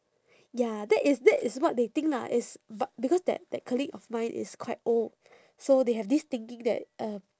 ya that is that is what they think lah is but because that that colleague of mine is quite old so they have this thinking that uh